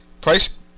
Price